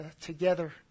together